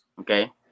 Okay